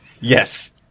Yes